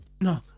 No